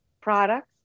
products